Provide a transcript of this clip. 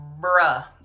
bruh